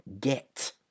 get